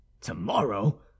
Tomorrow